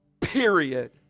period